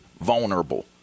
vulnerable